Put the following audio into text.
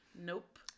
nope